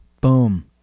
Boom